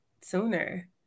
sooner